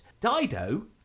Dido